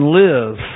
live